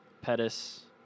Pettis